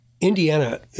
Indiana